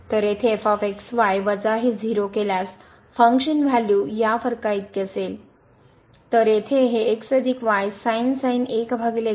तर येथे f x y वजा हे 0 केल्यास फंक्शन व्हॅल्यू या फरकाइतके असेल